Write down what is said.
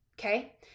Okay